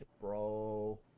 Bro